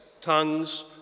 tongues